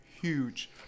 Huge